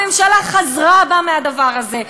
הממשלה חזרה בה מהדבר הזה.